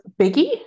Biggie